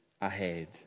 ahead